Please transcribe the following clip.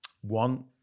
One